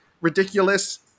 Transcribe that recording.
ridiculous